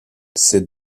ses